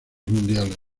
mundiales